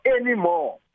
anymore